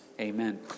Amen